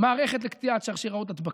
מערכת לקטיעת שרשראות הדבקה,